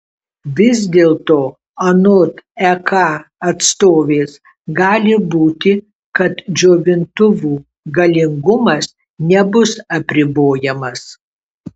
vis dėlto anot ek atstovės gali būti kad džiovintuvų galingumas nebus apribojamas